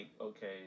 okay